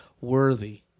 worthy